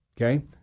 Okay